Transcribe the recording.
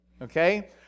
Okay